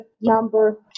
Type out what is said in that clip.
number